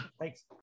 Thanks